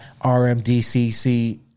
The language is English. RMDCC